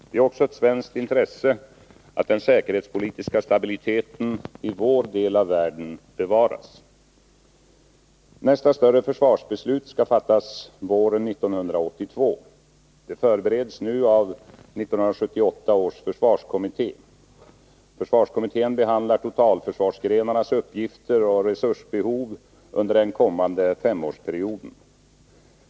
Det är också ett svenskt intresse att den säkerhetspolitiska stabiliteten i vår del av världen bevaras. Nästa större försvarsbeslut skall fattas våren 1982. Det förbereds nu av 1978 års försvarskommitté. Försvarskommittén behandlar totalförsvarsgrenarnas uppgifter och resursbehov under den kommande femårsperioden.